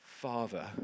father